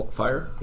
fire